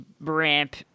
ramp